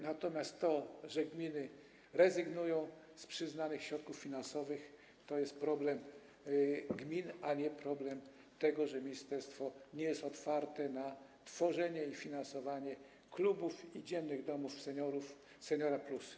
Natomiast to, że gminy rezygnują z przyznanych środków finansowych, to jest problem gmin, a nie problem tego, że ministerstwo nie jest otwarte na tworzenie i finansowanie klubów i dziennych domów seniorów Senior+.